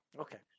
Okay